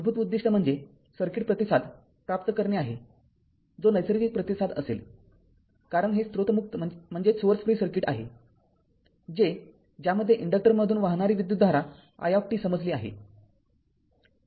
मूलभूत उद्दीष्ट म्हणजे सर्किट प्रतिसाद प्राप्त करणे आहे जो नैसर्गिक प्रतिसाद असेल कारण हे स्त्रोत मुक्त सर्किट आहे जे ज्यामध्ये इन्डक्टर मधून वाहणारी विद्युतधारा i t समजली आहे